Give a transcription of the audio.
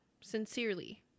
Sincerely